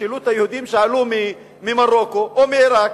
תשאלו את היהודים שעלו ממרוקו או מעירק,